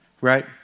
right